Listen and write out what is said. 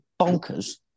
bonkers